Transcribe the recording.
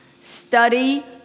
Study